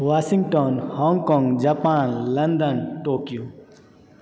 Washington हाँगकाँग Japan London Tokyo